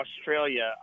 Australia